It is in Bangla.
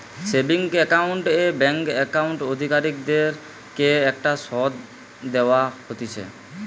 সেভিংস একাউন্ট এ ব্যাঙ্ক একাউন্ট অধিকারীদের কে একটা শুধ দেওয়া হতিছে